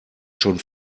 schon